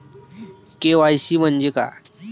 KYC म्हंजे काय?